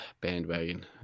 bandwagon